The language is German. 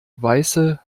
weiße